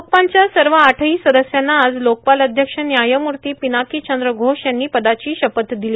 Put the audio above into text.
लोकपालच्या सर्व आठही सदस्यांना आज लोकपाल अध्यक्ष व्यायमूर्ती पिनाकीचंद्र घोष यांनी पदाची शपथ दिली